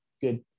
good